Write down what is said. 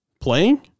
Playing